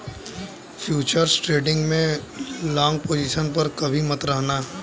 futures trading में long position पर कभी मत रहना